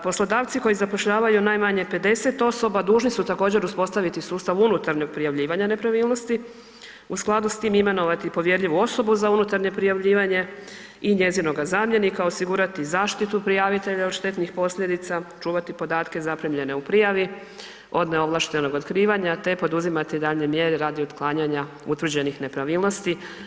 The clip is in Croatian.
Poslodavci koji zapošljavaju najmanje 50 osoba dužni su također uspostaviti sustav unutarnjeg prijavljivanja nepravilnosti u skladu s tim imenovati povjerljivu osobu za unutarnje prijavljivanje i njezinoga zamjenika, osigurati zaštitu prijavitelja od štetnih posljedica, čuvati podatke zaprimljene u prijavi od neovlaštenog otkrivanja te poduzimati daljnje mjere radi otklanjanja utvrđenih nepravilnosti.